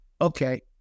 Okay